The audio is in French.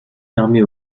permet